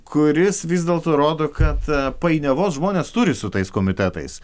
kuris vis dėlto rodo kad painiavos žmonės turi su tais komitetais